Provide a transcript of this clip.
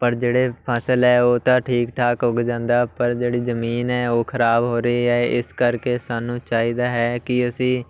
ਪਰ ਜਿਹੜੇ ਫਸਲ ਹੈ ਉਹ ਤਾਂ ਠੀਕ ਠਾਕ ਉੱਗ ਜਾਂਦਾ ਪਰ ਜਿਹੜੀ ਜ਼ਮੀਨ ਹੈ ਉਹ ਖਰਾਬ ਹੋ ਰਹੀ ਹੇ ਇਸ ਕਰਕੇ ਸਾਨੂੰ ਚਾਹੀਦਾ ਹੈ ਕਿ ਅਸੀਂ